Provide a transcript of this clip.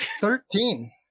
Thirteen